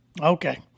Okay